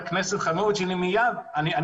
ראשית, יש